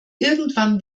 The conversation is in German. irgendwann